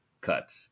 cuts